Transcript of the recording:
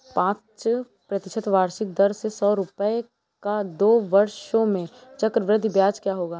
पाँच प्रतिशत वार्षिक दर से सौ रुपये का दो वर्षों में चक्रवृद्धि ब्याज क्या होगा?